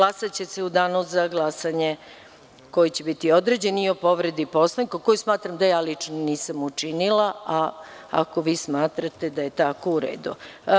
Glasaće se u danu za glasanje koji će biti određen i o povredi Poslovnika, za koju smatram da ja nisam učinila, a ako vi smatrate da je tako, u redu.